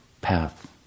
path